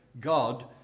God